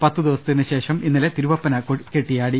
പത്തു ദിവസത്തിനുശേഷം ഇന്നലെ തിരുവപ്പന കെട്ടിയാടി